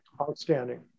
Outstanding